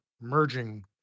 merging